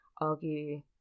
argue